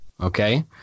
okay